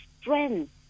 strength